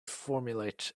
formulate